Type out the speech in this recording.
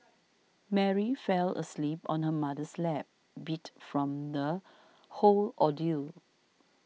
Mary fell asleep on her mother's lap beat from the whole ordeal